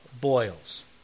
boils